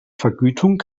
vergütung